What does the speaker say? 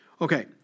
Okay